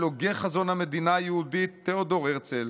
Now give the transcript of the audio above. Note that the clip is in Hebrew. הוגה חזון המדינה היהודית תיאודור הרצל